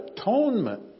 atonement